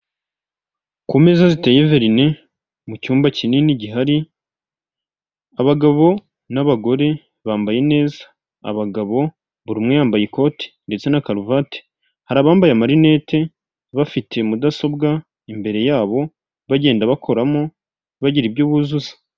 Ku meza ziteye verine mu cyumba kinini gihari abagabo n'abagore bambaye neza, abagabo buri umwe yambaye ikoti ndetse na karuvati hari abambaye amarinete bafite mudasobwa imbere yabo bagenda bakoramo bagira ibyo buzuza.